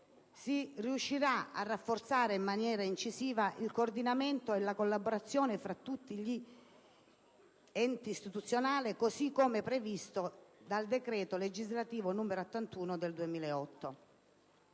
si riuscirà a rafforzare in maniera incisiva il coordinamento e la collaborazione fra tutti gli enti istituzionali, così come previsto dal decreto legislativo n. 81 del 2008.